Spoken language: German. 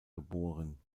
geboren